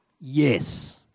Yes